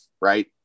right